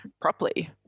properly